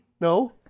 No